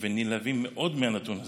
ונלהבים מאוד מהנתון הזה.